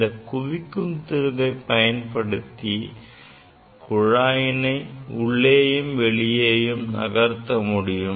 இந்தக் குவிக்கும் திருகை பயன்படுத்தி குழாயினை உள்ளேயும் வெளியேயும் நகர்த்த முடியும்